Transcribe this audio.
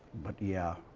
but yeah,